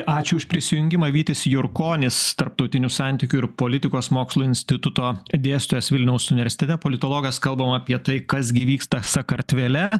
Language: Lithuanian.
ačiū už prisijungimą vytis jurkonis tarptautinių santykių ir politikos mokslų instituto dėstytojas vilniaus universitete politologas kalbam apie tai kas gi vyksta sakartvele